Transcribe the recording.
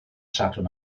sadwrn